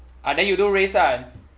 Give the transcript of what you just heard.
ah then you do race ah